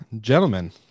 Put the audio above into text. gentlemen